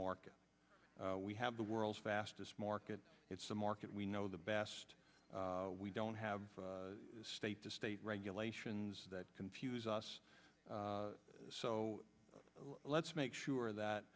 market we have the world's fastest market it's a market we know the best we don't have state to state regulations that confuse us so let's make sure that